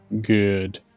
Good